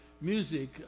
music